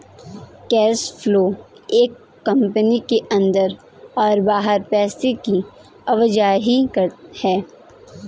cash flow एक company के अंदर और बाहर पैसे की आवाजाही है